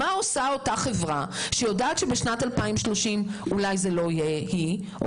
מה עושה החברה שיודעת שבשנת 2030 זו לא תהיה היא או